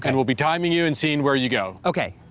and we'll be timing you and seeing where you go. okay.